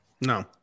No